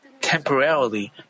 temporarily